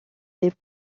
les